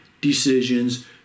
decisions